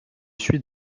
suis